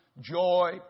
joy